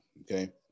okay